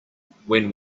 when